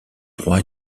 droit